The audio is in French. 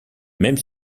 même